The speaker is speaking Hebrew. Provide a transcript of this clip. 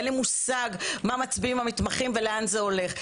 אין לי מושג מה מצביעים המתמחים ולאן זה הולך.